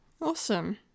Awesome